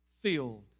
filled